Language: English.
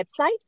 website